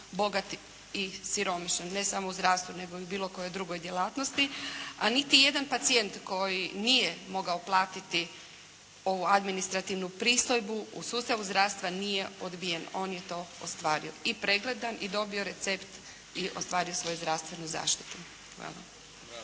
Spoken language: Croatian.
bogati i siromašni, ne samo u zdravstvu nego i u bilo kojoj drugoj djelatnosti. A niti jedan pacijent koji nije mogao platiti ovu administrativnu pristojbu u sustavu zdravstva nije odbije. On je to ostvario. I pregledan i dobio recept i ostvario svoju zdravstvenu zaštitu. Hvala